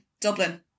Dublin